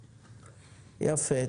יפה.